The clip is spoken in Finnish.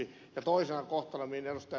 toisena kohtana mihin ed